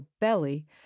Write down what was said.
belly